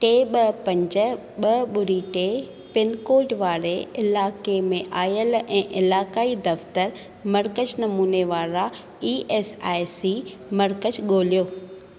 टे ॿ पंज ॿ ॿुड़ी टे पिनकोड वारे इलाइक़े में आयल ऐं इलाकाई दफ़्तरु मर्कज़ नमूने वारा ई एस आइ सी मर्कज़ ॻोल्हियो